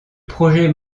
projet